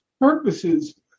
purposes